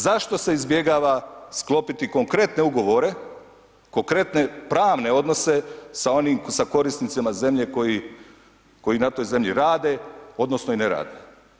Zašto se izbjegava sklopiti konkretne ugovore, konkretne pravne odnose sa korisnicima zemlje koji na toj zemlji rade, odnosno i ne rade.